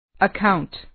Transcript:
Account